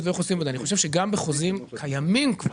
ואיך עושים שגם בחוזים קיימים כבר,